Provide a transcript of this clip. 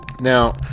Now